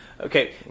Okay